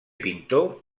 pintor